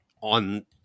on